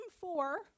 four